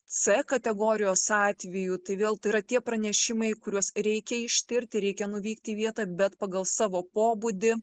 c kategorijos atveju tai vėl tai yra tie pranešimai kuriuos reikia ištirti reikia nuvykti į vietą bet pagal savo pobūdį